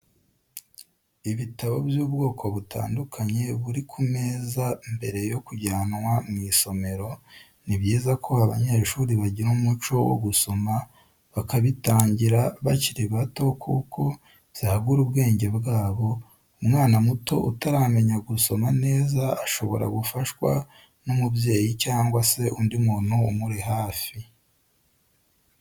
Ibitabo by'ubwoko butandukanye biri ku meza mbere yo kujyanwa mw'isomero, ni byiza ko abanyeshuri bagira umuco wo gusoma bakabitangira bakiri bato kuko byagura ubwenge bwabo, umwana muto utaramenya gusoma neza shobora gufashwa n'umubyeyi cyangwa se undi muntu umuri hafi.